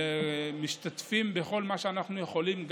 אנחנו משתתפים בכל מה שאנחנו יכולים,